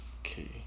Okay